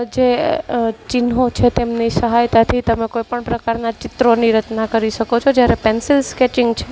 જે ચિહ્નો છે તેમની સહાયતાથી તમે કોઈપણ પ્રકારના ચિત્રોની રચના કરી શકો છો જ્યારે પેન્સિલ સ્કેચિંગ છે